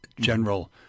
general